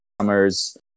summers